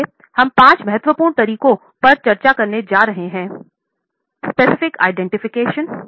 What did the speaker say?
इसलिए हम पाँच महत्वपूर्ण तरीकों पर चर्चा करने जा रहे हैं जो है स्पेसिफिक आइडेंटिफिकेशन